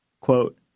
Quote